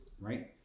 right